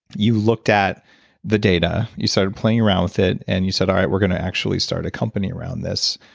you looked at the data. you started playing around with it and you said, all right we're going to actually start a company around this.